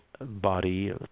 body